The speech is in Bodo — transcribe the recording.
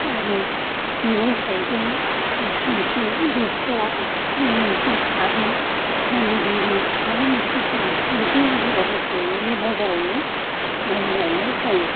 आरो मैगं थाइगं थाव संख्रि गस्ला बिदिनो लंपेन्ट साबोन दालि दुलि माबा मोनसे पियास बिदि नांगौबाबो जों बे बाजारावनो बायना लायनाय जायो